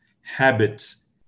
habits